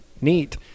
neat